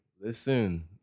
listen